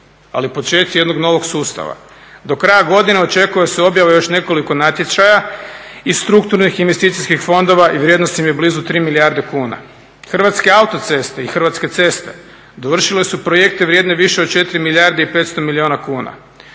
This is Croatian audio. ali počeci jednog novog sustava. Do kraja godine očekuje se objava još nekoliko natječaja iz strukturnih i investicijskih fondova i vrijednost im je blizu 3 milijarde kuna. Hrvatske autoceste i Hrvatske ceste dovršile su projekte vrijedne više od 4 milijarde i 500 milijuna kuna.